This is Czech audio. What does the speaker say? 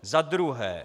Za druhé.